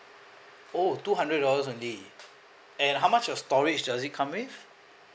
oh two hundred dollars only and how much of storage does it come with